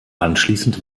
anschließend